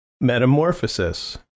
Metamorphosis